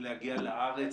ולהגיע לארץ,